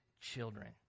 children